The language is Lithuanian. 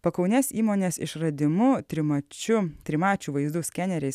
pakaunės įmonės išradimu trimačiu trimačių vaizdų skeneriais